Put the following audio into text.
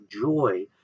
joy